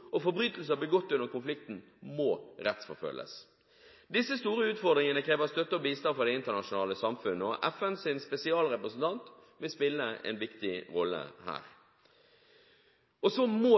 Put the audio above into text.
korrupsjon. Forbrytelser begått under konflikten må rettsforfølges. Disse store utfordringene krever støtte og bistand fra det internasjonale samfunn. FNs spesialrepresentant vil spille en viktig rolle her. Så må